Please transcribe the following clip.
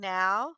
now